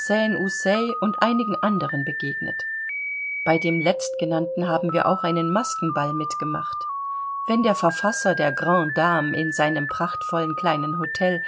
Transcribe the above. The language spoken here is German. und einigen anderen begegnet bei dem letztgenannten haben wir auch einen maskenball mit gemacht wenn der verfasser der grandes dames in seinem prachtvollen kleinen hotel